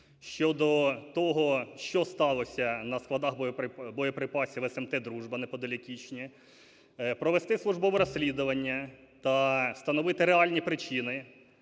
щодо того, що сталося на складах боєприпасів смт Дружба неподалік Ічні, провести службове розслідування та встановити реальні причини